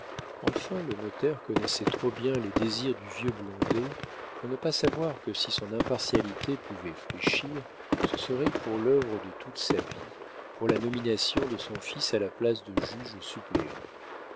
enfin le notaire connaissait trop bien les désirs du vieux blondet pour ne pas savoir que si son impartialité pouvait fléchir ce serait pour l'œuvre de toute sa vie pour la nomination de son fils à la place de juge suppléant